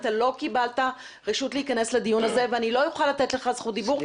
אתה לא קיבלת רשות להיכנס לדיון הזה ואני לא אוכל לתת לך זכות דיבור.